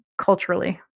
culturally